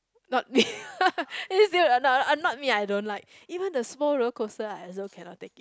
not me it's you no not me I don't like even the small roller coaster I also cannot take it